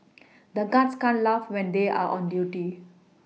the guards can't laugh when they are on duty